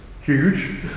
huge